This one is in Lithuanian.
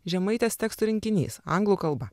žemaitės tekstų rinkinys anglų kalba